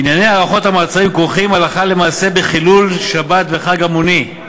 ענייני הארכות המעצרים כרוכים הלכה למעשה בחילול שבת וחג המוני,